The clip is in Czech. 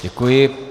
Děkuji.